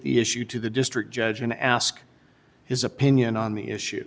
the issue to the district judge and ask his opinion on the issue